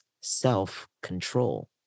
self-control